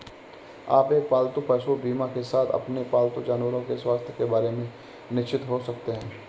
आप एक पालतू पशु बीमा के साथ अपने पालतू जानवरों के स्वास्थ्य के बारे में निश्चिंत हो सकते हैं